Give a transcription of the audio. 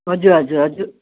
हजुर हजुर हजुर